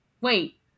Wait